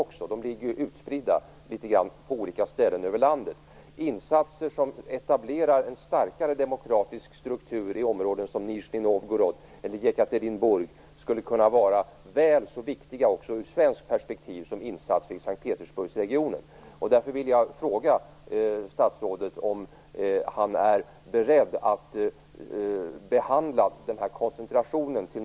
Dessa är ju litet grand utspridda över landet. Insatser som etablerar en starkare demokratisk struktur i områden som Nizjnij Novgorod och Jekaterinburg skulle från svenskt perspektiv kunna vara väl så viktiga som insatser i Sankt Petersburgsregionen.